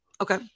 okay